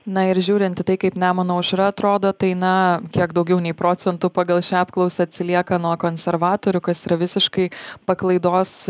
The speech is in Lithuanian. na ir žiūrinti į tai kaip nemuno aušra atrodo tai na kiek daugiau nei procentu pagal šią apklausą atsilieka nuo konservatorių kas yra visiškai paklaidos